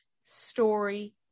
story